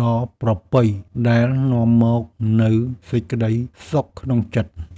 ដ៏ប្រពៃដែលនាំមកនូវសេចក្ដីសុខក្នុងចិត្ត។